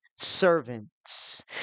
servants